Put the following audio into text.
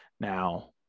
Now